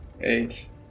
Eight